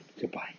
Goodbye